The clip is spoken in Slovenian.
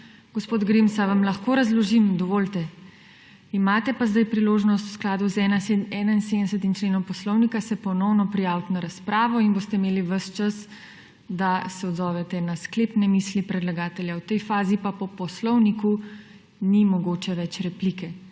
Gospod Grims, ali vam lahko razložim, dovolite? Imate pa sedaj priložnost v skladu z 71. členom poslovnika se ponovno prijaviti na razpravo in boste imeli ves čas, da se odzovete na sklepne misli predlagatelja. V tej fazi pa po poslovniku ni mogoče več replike.